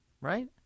right